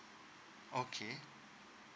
okay